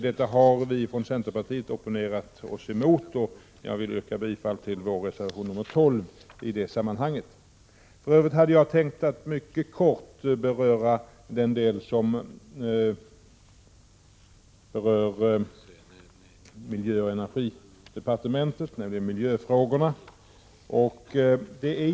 Detta har vi från centerpartiet opponerat oss mot, och jag vill yrka bifall till reservation 185 Jag ämnar mycket kort beröra de frågor som faller under miljöoch energidepartementet, nämligen miljöfrågorna.